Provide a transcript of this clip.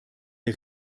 der